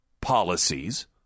policies